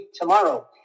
tomorrow